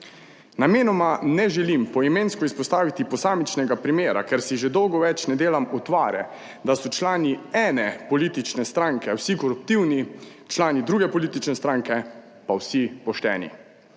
Namenoma ne želim poimensko izpostaviti posamičnega primera, ker si že dolgo več ne delam utvare, da so člani ene politične stranke vsi koruptivni, člani druge politične stranke pa vsi pošteni.